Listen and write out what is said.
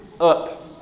up